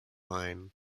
line